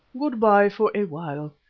good-bye for a while.